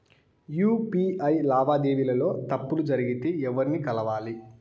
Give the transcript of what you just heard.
UPI లావాదేవీల లో తప్పులు జరిగితే ఎవర్ని కలవాలి?